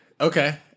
okay